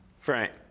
Frank